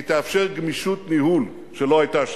היא תאפשר גמישות ניהול שלא היתה שם,